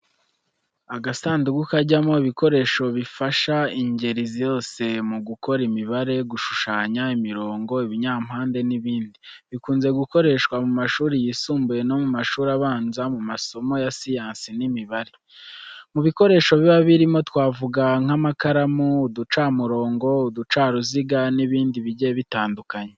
Agasanduku kajyamo ibikoresho bifasha ingeri zose mu gukora imibare, gushushanya imirongo, ibinyampande n’ibindi. Bikunze gukoreshwa mu mashuri yisumbuye no mu mashuri abanza mu masomo ya siyansi n'imibare. Mu bikoresho biba birimo twavuga nk’amakaramu, uducamurongo, uducaruziga n’ibindi bigiye bitandukanye.